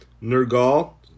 Nergal